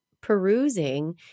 perusing